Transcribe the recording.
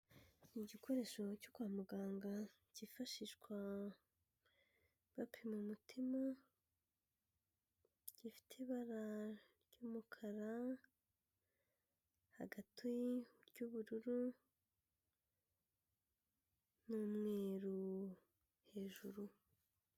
Igikoresho cyo kwa muganga cyifashishwa bapima umutima, gifite ibara ry'umukara, hagati ry'ubururu n'umweru hejuru.